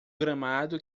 gramado